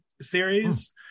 series